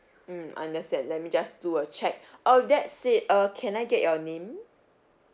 mm understand let me just do a check uh with that said uh can I get your name